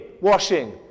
washing